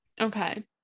okay